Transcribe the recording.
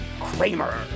Kramer